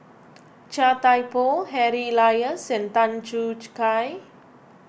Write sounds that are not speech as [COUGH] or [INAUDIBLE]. Chia Thye Poh Harry Elias and Tan Choo [UNINTELLIGIBLE] Kai